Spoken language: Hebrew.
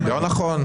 נכון.